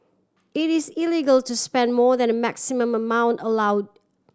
it is illegal to spend more than the maximum amount allow